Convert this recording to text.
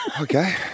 Okay